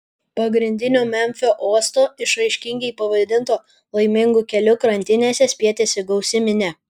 pagrindinio memfio uosto išraiškingai pavadinto laimingu keliu krantinėse spietėsi gausi minia